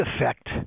effect